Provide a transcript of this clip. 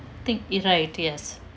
think you're right yes